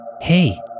Hey